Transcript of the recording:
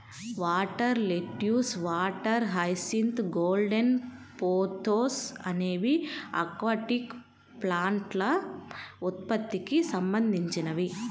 water lettuce, water hyacinth, golden pothos అనేవి aquatic ప్లాంట్ల ఉత్పత్తికి సంబంధించినవి